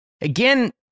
Again